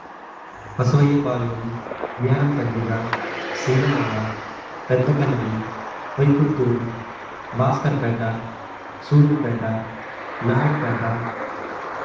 Basavaiah Palyam Gnanam Kandriga Singamala Peddakannali Poykottur Bhaskar Peta Sullurpeta Naidupeta